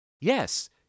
Yes